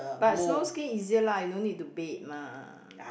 but snow skin easier lah you no need to bake mah